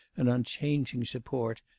an unchanging support,